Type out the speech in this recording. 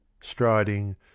striding